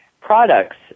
products